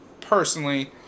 personally